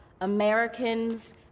Americans